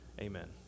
amen